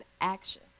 action